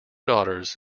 daughters